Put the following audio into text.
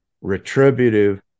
retributive